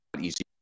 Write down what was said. easy